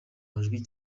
majwi